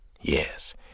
Yes